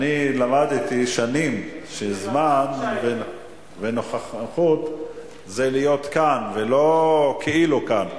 אני למדתי שנים שזמן ונוכחות זה להיות כאן ולא כאילו כאן.